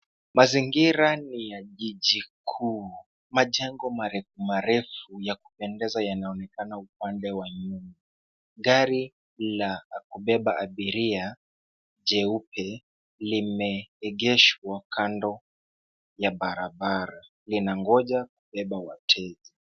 Mazingira ni ya jiji kuu. Majengo marefu marefu ya kupendeza yanaonekana upande wa nyuma . Gari la kubeba abiria jeupe limeegeshwa kando ya barabara linangoja kubeba wateja.